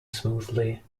smoothly